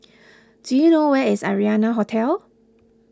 do you know where is Arianna Hotel